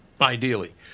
Ideally